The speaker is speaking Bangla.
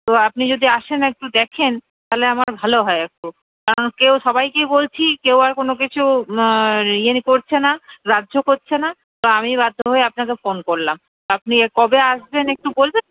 তো আপনি যদি আসেন একটু দেখেন তাহলে আমার ভালো হয় একটু কারণ কেউ সবাইকেই বলছি কেউ আর কোনও কিছু ইয়ে করছে না গ্রাহ্য করছে না তো আমিই বাধ্য হয়ে আপনাকে ফোন করলাম আপনি কবে আসবেন একটু বলবেন